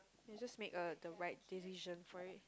you just make a the right decision for it